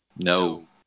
No